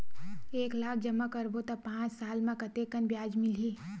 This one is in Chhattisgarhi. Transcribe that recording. एक लाख जमा करबो त पांच साल म कतेकन ब्याज मिलही?